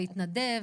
להתנדב,